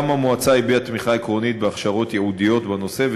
גם המועצה הביעה תמיכה עקרונית בהכשרות ייעודיות בנושא,